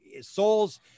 souls